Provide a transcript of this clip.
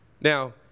Now